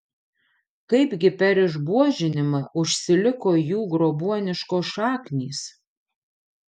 kaipgi per išbuožinimą užsiliko jų grobuoniškos šaknys